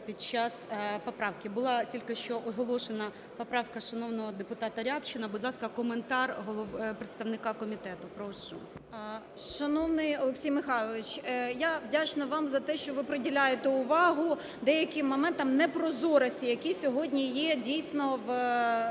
під час поправки. Була тільки що оголошена поправка шановного депутата Рябчина. Будь ласка, коментар представника комітету, прошу. 11:26:57 БЄЛЬКОВА О.В. Шановний Олексій Михайлович, я вдячна вам за те, що ви приділяєте увагу деяким моментам непрозорості, які сьогодні є дійсно у